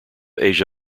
asia